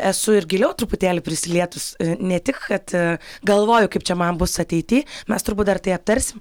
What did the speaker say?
esu ir giliau truputėlį prisilietus ne tik kad galvoju kaip čia man bus ateity mes turbūt dar tai aptarsim